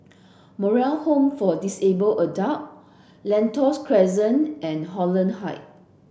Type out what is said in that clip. Moral Home for Disabled Adult Lentor Crescent and Holland Height